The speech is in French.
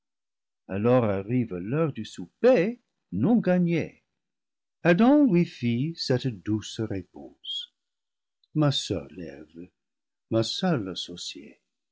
alors arrive l'heure du souper non gagnée adam lui fit cette douce réponse ma seule eve ma seule associée